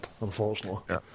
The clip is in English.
unfortunately